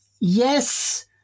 yes